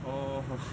orh